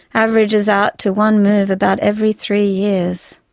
averages out to one move about every three years.